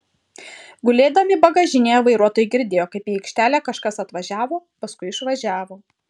gulėdami bagažinėje vairuotojai girdėjo kaip į aikštelę kažkas atvažiavo paskui išvažiavo